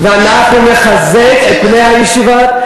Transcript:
ואנחנו נחזק את בני-הישיבות,